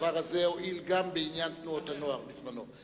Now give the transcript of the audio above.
הדבר הועיל גם בעניין תנועות הנוער בזמנו.